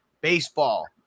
Baseball